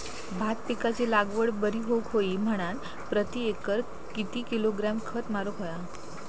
भात पिकाची लागवड बरी होऊक होई म्हणान प्रति एकर किती किलोग्रॅम खत मारुक होया?